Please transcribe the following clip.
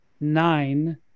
nine